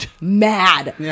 mad